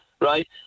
right